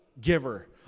giver